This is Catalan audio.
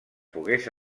pogués